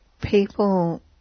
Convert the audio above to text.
People